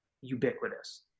ubiquitous